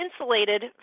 insulated